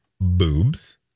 boobs